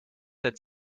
that